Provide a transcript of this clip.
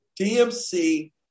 DMC